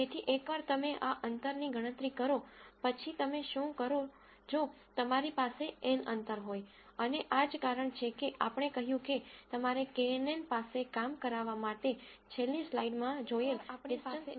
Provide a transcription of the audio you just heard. તેથી એકવાર તમે આ અંતરની ગણતરી કરો પછી તમે શું કરો જો તમારી પાસે n અંતર હોય અને આ જ કારણ છે કે આપણે કહ્યું કે તમારે કેએનએન પાસે કામ કરાવવા માટે છેલ્લી સ્લાઇડમાં જોયેલ ડીસટન્સ મેટ્રિકની જરૂર છે